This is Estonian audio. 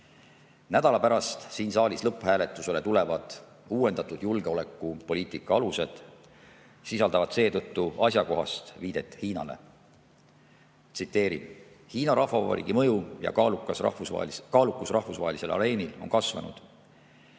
Nädala pärast siin saalis lõpphääletusele tulevad uuendatud julgeolekupoliitika alused sisaldavad seetõttu asjakohaselt viidet Hiinale. Tsiteerin: "Hiina Rahvavabariigi mõju ja kaalukus rahvusvahelisel areenil on kasvanud.